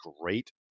great